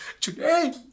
Today